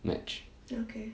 match